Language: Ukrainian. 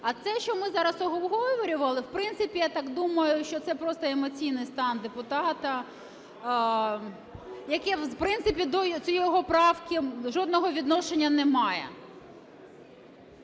А це, що ми зараз обговорювали, в принципі, я так думаю, що це просто емоційний стан депутата, який, в принципі, до його правки жодного відношення не має.